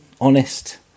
honest